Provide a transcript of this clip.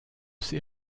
ces